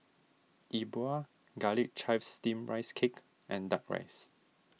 Yi Bua Garlic Chives Steamed Rice Cake and Duck Rice